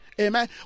Amen